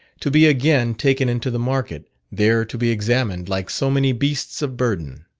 to be again taken into the market, there to be examined like so many beasts of burden.